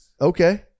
Okay